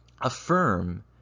affirm